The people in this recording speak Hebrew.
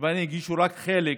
שבהן הגישו רק חלק